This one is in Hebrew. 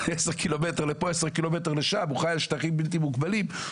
הוא חי על שטחים בלתי מוגבלים,